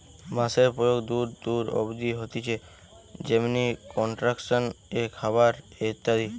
বাঁশের প্রয়োগ দূর দূর অব্দি হতিছে যেমনি কনস্ট্রাকশন এ, খাবার এ ইত্যাদি